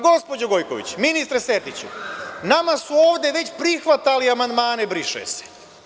Gospođo Gojković, ministre Sertiću, nama su ovde već prihvatali amandmane „briše se“